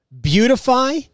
beautify